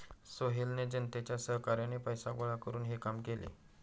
सोहेलने जनतेच्या सहकार्याने पैसे गोळा करून हे काम केले